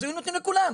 אז היו נותנים לכולם.